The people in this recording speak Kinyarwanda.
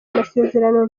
amasezerano